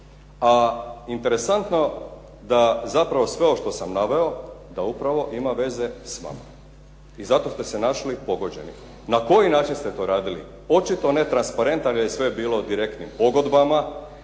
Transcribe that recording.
A interesantno da zapravo sve ovo što sam naveo da upravo ima veze s vama i zato ste se našli pogođeni. Na koji način ste to radili? Očito ne transparentan jer je sve bilo direktnim pogodbama,